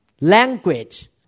Language